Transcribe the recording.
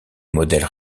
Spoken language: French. modèle